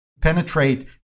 penetrate